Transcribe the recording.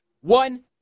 One